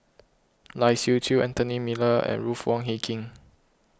Lai Siu Chiu Anthony Miller and Ruth Wong Hie King